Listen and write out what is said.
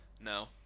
no